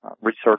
research